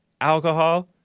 alcohol